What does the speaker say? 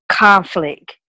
Conflict